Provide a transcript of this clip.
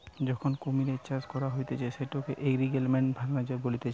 যখন কুমিরের চাষ করা হতিছে সেটাকে এলিগেটের ফার্মিং বলতিছে